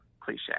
cliche